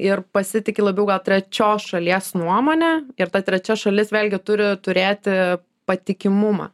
ir pasitiki labiau gal trečios šalies nuomone ir ta trečia šalis vėlgi turi turėti patikimumą